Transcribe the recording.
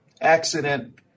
accident